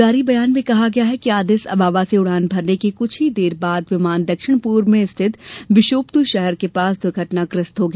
जारी बयान में कहा गया है कि अदिस अबाबा से उड़ान भरने के कुछ ही देर बाद विमान दक्षिण पूर्व में स्थित बिशोफ्तु शहर के पास दुर्घटनाग्रस्त हो गया